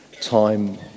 time